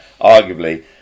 arguably